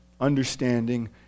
understanding